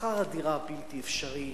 שכר הדירה בלתי אפשרי.